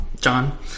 John